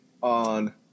on